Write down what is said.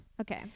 Okay